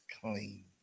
clean